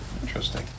interesting